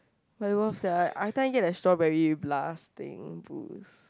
but worth sia I everytime get the strawberry blast thing boost